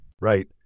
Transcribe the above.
Right